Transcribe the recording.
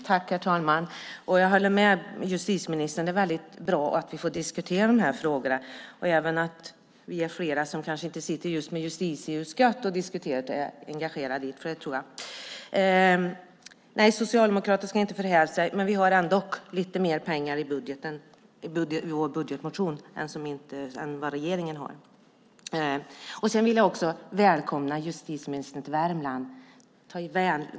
Herr talman! Jag håller med justitieministern om att det är bra att vi får diskutera dessa frågor och att det är fler än de som sitter i justitieutskottet som är engagerade i detta. Nej, Socialdemokraterna ska inte förhäva sig. Vi har dock lite mer pengar i vår budgetmotion än vad regeringen har. Jag vill också välkomna justitieministern till Värmland.